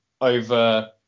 over